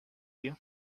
you